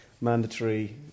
mandatory